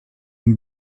had